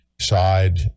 side